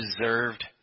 deserved